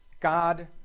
God